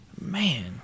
Man